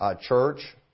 church